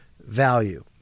value